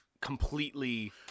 completely